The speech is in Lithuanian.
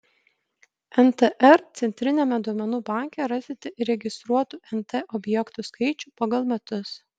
ntr centriniame duomenų banke rasite įregistruotų nt objektų skaičių pagal metus